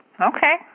Okay